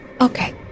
okay